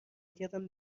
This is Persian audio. کردم